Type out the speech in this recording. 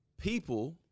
People